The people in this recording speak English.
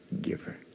giver